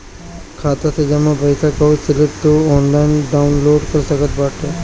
खाता से जमा पईसा कअ स्लिप तू ऑनलाइन डाउन लोड कर सकत बाटअ